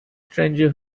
stranger